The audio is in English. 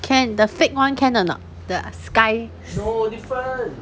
can the fake one can or not the sky